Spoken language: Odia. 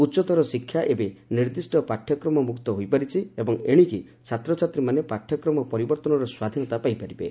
ଉଚ୍ଚତର ଶିକ୍ଷା ଏବେ ନିର୍ଦ୍ଦିଷ୍ଟ ପାଠ୍ୟକ୍ରମ ମୁକ୍ତ ହୋଇପାରିଛି ଏବଂ ଏଶିକି ଛାତ୍ରଛାତ୍ରୀମାନେ ପାଠ୍ୟକ୍ରମ ପରିବର୍ତ୍ତନର ସ୍ୱାଧୀନତା ପାଇ ପାରିବେ